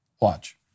Watch